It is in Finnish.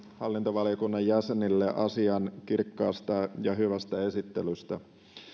hallintovaliokunnan jäsenille asian kirkkaasta ja hyvästä esittelystä